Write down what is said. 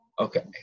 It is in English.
okay